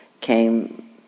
came